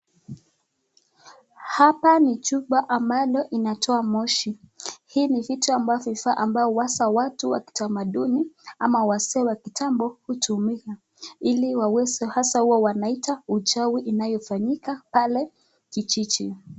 Hapa ni chupa ambalo linatoa moshi. Hii ni vitu ambavyo vifaa ambavyo haswa watu wa kitamaduni ama wazee wa kitambo hutumika ili waweze hasa huwa wanaita uchawi inayofanyika pale kijiji.